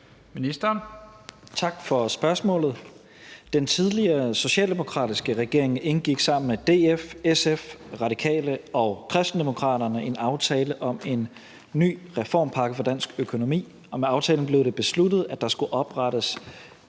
Tesfaye): Tak for spørgsmålet. Den tidligere socialdemokratiske regering indgik sammen med DF, SF, Radikale og Kristendemokraterne en aftale om en ny reformpakke for dansk økonomi, og med aftalen blev det besluttet, at der skulle oprettes